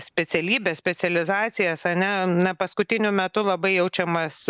specialybes specializacijas ane na paskutiniu metu labai jaučiamas